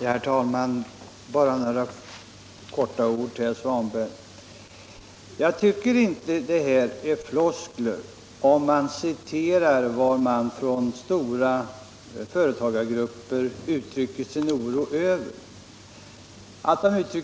Herr talman! Bara några få ord till herr Svanberg. Jag tycker inte det är floskler om man citerar att stora företagargrupper uttrycker